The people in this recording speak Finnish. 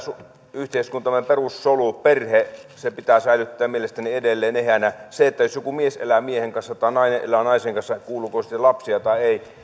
yhteiskuntamme perussolu perhe pitää säilyttää mielestäni edelleen eheänä se jos joku mies elää miehen kanssa tai nainen elää naisen kanssa kuuluupa siihen lapsia tai ei